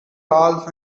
ralph